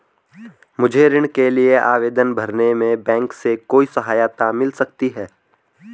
मुझे ऋण के लिए आवेदन भरने में बैंक से कोई सहायता मिल सकती है?